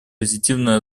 позитивную